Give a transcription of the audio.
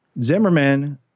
Zimmerman